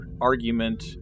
argument